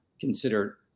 consider